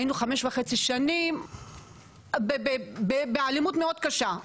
היינו חמש וחצי שנים באלימות מאוד קשה,